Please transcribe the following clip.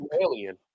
alien